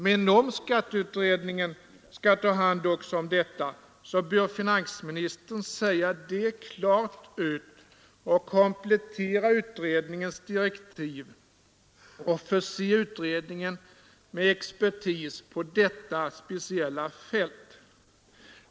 Men skall skatteutredningen ta hand också om detta, bör finansministern säga det klart ut och komplettera utredningens direktiv och förse utredningen med expertis på detta speciella fält.